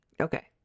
Okay